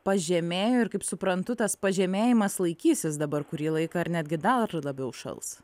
pažemėjo ir kaip suprantu tas pažemėjimas laikysis dabar kurį laiką ar netgi dar labiau šals